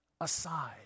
aside